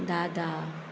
दादा